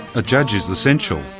a judge is essential,